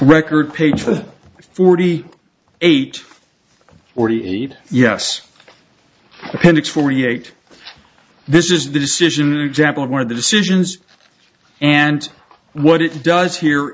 record page for forty eight or eighty eight yes appendix forty eight this is the decision example of one of the decisions and what it does here